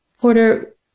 Porter